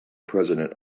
president